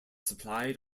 supplied